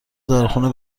داروخانه